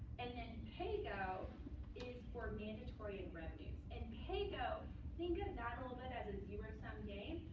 and then paygo is for mandatory and revenues. and paygo think of that whole bit as a zero sum game.